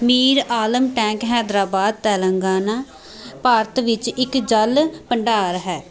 Mir Alam tank Hyderabad Telangana Bharat ਵਿੱਚ ਇੱਕ ਜਲ ਭੰਡਾਰ ਹੈ